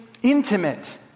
intimate